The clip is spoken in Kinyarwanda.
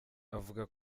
avuga